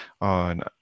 on